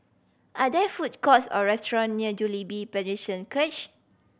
are there food courts or restaurant near Jubilee Presbyterian Church